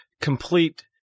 complete